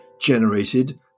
generated